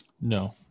No